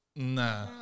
Nah